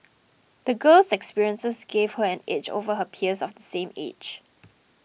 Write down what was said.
the girl's experiences gave her an edge over her peers of the same age